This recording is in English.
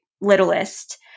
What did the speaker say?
littlest